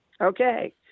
Okay